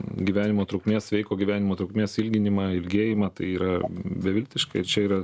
gyvenimo trukmės sveiko gyvenimo trukmės ilginimą ilgėjimą tai yra beviltiškair čia yra